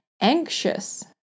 Anxious